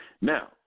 Now